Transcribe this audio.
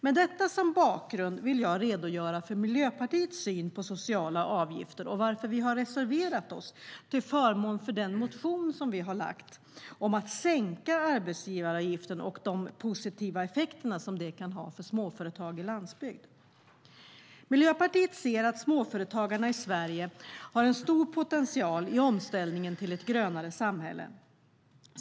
Med detta som bakgrund vill jag redogöra för Miljöpartiets syn på sociala avgifter och varför vi har reserverat oss till förmån för den motion som vi lagt om att sänka arbetsgivaravgiften och de positiva effekter det kan ha för småföretag i landsbygd. Miljöpartiet ser att småföretagarna i Sverige har en stor potential i omställningen till ett grönare samhälle.